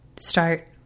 start